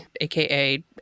aka